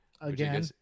again